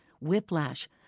whiplash